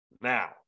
now